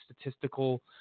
statistical